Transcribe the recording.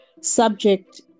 subject